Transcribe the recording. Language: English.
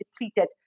depleted